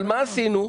מה עשינו?